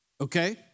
Okay